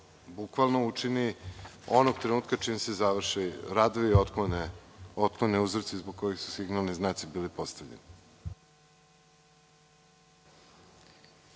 da se to učini onog trenutka čim se završe radovi i otklone uzroci zbog kojih su signalni znaci bili postavljeni.